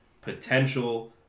potential